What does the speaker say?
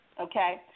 Okay